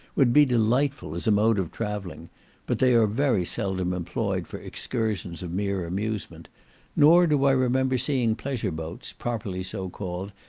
would be delightful, as a mode of travelling but they are very seldom employed for excursions of mere amusement nor do i remember seeing pleasure-boats, properly so called,